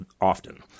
often